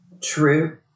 True